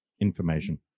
information